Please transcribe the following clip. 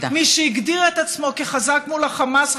מי שהגדיר את עצמו כחזק מול החמאס,